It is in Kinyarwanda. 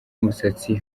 umusatsi